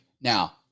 Now